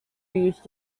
used